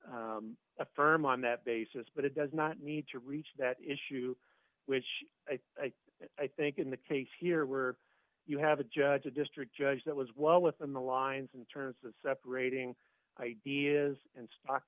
affirm on that basis but it does not need to reach that issue which i think in the case here where you have a judge a district judge that was well within the lines in terms of separating ideas and spock